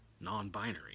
non-binary